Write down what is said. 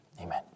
amen